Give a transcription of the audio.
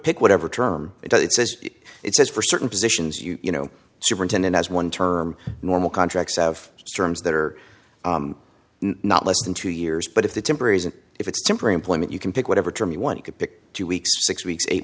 pick whatever term it says it's for certain positions you know superintendent as one term normal contracts of storms that are not less than two years but if the temporary isn't if it's temporary employment you can pick whatever term you want to pick two weeks six weeks eight